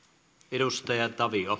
arvoisa